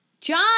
John